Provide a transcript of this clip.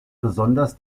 besonders